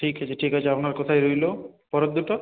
ঠিক আছে ঠিক আছে আপনার কথাই রইলো পরের দুটো